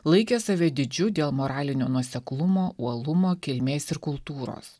laikė save didžiu dėl moralinio nuoseklumo uolumo kilmės ir kultūros